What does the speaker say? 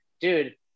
dude